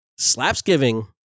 Slapsgiving